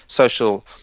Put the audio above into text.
social